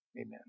amen